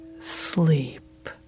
sleep